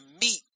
meet